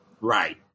Right